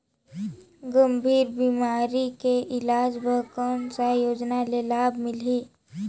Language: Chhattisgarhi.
गंभीर बीमारी के इलाज बर कौन सा योजना ले लाभ मिलही?